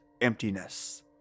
emptiness